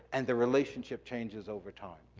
and their relationship changes over time.